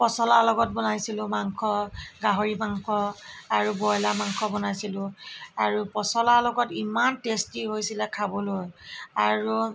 পচলাৰ লগত বনাইছিলোঁ মাংস গাহৰি মাংস আৰু ব্ৰইলাৰ মাংস বনাইছিলোঁ আৰু পচলাৰ লগত ইমান টেষ্টি হৈছিলে খাবলৈ আৰু